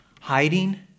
hiding